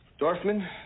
Dorfman